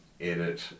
edit